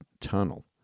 tunnel